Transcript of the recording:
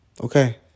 Okay